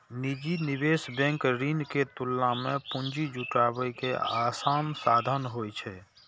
निजी निवेश बैंक ऋण के तुलना मे पूंजी जुटाबै के आसान साधन होइ छै